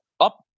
up